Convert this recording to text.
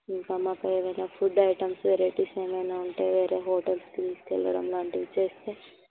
ఇంకా మాకు ఏవైనా ఫుడ్ ఐటమ్స్ వెరైటీస్ ఏమైనా ఉంటే వేరే హోటల్స్కి తీసుకు వెళ్ళడం అలాంటివి చేస్తే